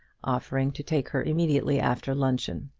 offering to take her immediately after luncheon.